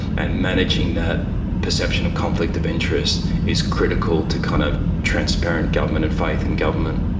and managing that perception of conflict of interest is critical to kind of transparent government and faith in government.